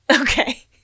Okay